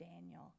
Daniel